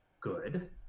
good